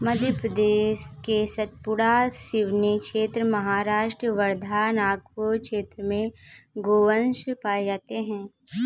मध्य प्रदेश के सतपुड़ा, सिवनी क्षेत्र, महाराष्ट्र वर्धा, नागपुर क्षेत्र में गोवंश पाये जाते हैं